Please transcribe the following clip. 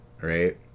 Right